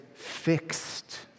fixed